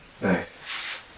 Nice